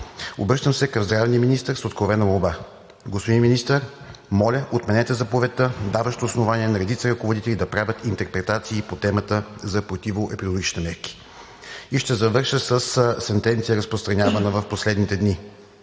Обръщам се към здравния министър с откровена молба – господин Министър, моля, отменете заповедта, даваща основание на редица ръководители да правят интерпретации по темата за противоепидемиологичните мерки. И ще завърша със сентенция, разпространявана в последните дни: